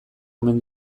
omen